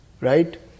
Right